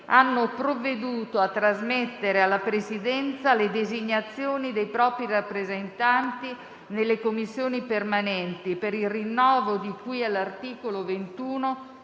hanno provveduto a trasmettere alla Presidenza le designazioni dei propri rappresentanti nelle Commissioni permanenti, per il rinnovo di cui all'articolo 21,